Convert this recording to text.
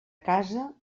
casa